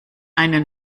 eine